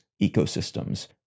ecosystems